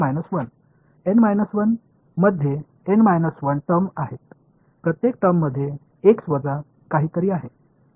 N 1 मध्ये n 1 terms आहेत प्रत्येक टर्म्समध्ये एक्स वजा काहीतरी आहे